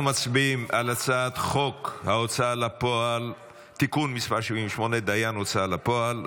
מצביעים על הצעת חוק ההוצאה לפועל (תיקון מס' 78) (דיין הוצאה לפועל),